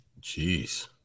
Jeez